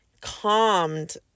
calmed